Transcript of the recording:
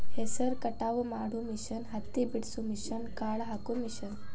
ಹೆಸರ ಕಟಾವ ಮಾಡು ಮಿಷನ್ ಹತ್ತಿ ಬಿಡಸು ಮಿಷನ್, ಕಾಳ ಹಾಕು ಮಿಷನ್